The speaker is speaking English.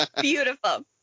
Beautiful